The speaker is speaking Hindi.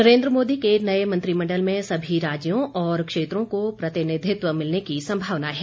नरेन्द्र मोदी के नए मंत्रिमंडल में सभी राज्यों और क्षेत्रों को प्रतिनिधित्व मिलने की संभावना है